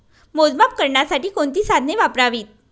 मोजमाप करण्यासाठी कोणती साधने वापरावीत?